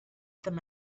them